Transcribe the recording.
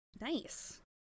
Nice